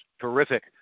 Terrific